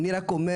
אני רק אומר,